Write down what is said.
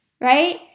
right